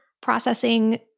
processing